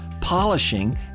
polishing